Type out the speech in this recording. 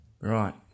right